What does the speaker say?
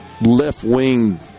left-wing